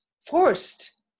forced